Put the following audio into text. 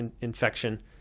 infection